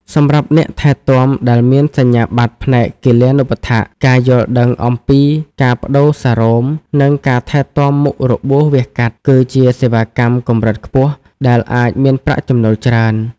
សម្រាប់អ្នកថែទាំដែលមានសញ្ញាបត្រផ្នែកគិលានុប្បដ្ឋាក ការយល់ដឹងអំពីការប្តូរសារ៉ូម និងការថែទាំមុខរបួសវះកាត់ គឺជាសេវាកម្មកម្រិតខ្ពស់ដែលអាចមានប្រាក់់ចំណូលច្រើន។